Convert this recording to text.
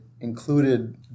included